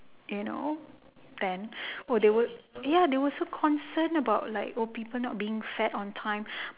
you know then oh they were ya they were so concerned about like old people not being fed on time